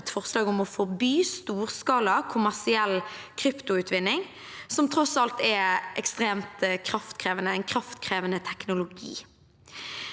et forslag om å forby storskala kommersiell kryptoutvinning, som tross alt er en ekstremt kraftkrevende teknologi.